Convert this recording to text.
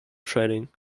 trading